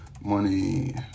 money